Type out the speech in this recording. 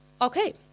Okay